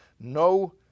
No